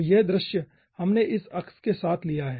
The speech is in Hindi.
तो यह दृश्य हमने इस अक्ष के साथ लिया है